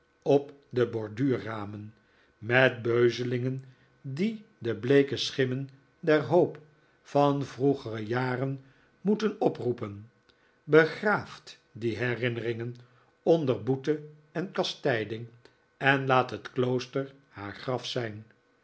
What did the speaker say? op de borduurramen met beuzelingen die de bleeke schimmen der hoop van vroegere jaren moeten oproepen begraaft die herinneringen onder boete en kastijding en laat het klooster haar graf zijn